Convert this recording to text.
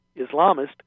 Islamist